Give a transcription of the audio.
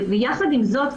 יחד עם זאת,